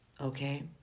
okay